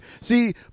See